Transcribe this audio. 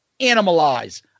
Animalize